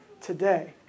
today